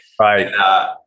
Right